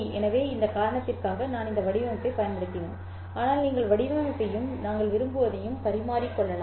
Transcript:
எனவே அந்த காரணத்திற்காக நான் இந்த வடிவமைப்பைப் பயன்படுத்தினேன் ஆனால் நீங்கள் வடிவமைப்பையும் நீங்கள் விரும்புவதையும் பரிமாறிக் கொள்ளலாம்